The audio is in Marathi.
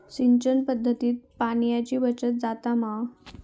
सिंचन पध्दतीत पाणयाची बचत जाता मा?